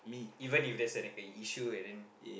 even if there's like an issue and then